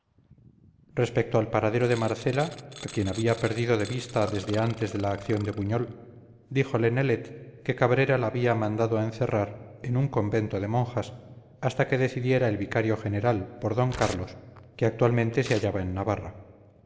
respecto al paradero de marcela a quien había perdido de vista desde antes de la acción de buñol díjole nelet que cabrera la había mandado encerrar en un convento de monjas hasta que decidiera el vicario general por d carlos que actualmente se hallaba en navarra